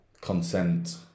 consent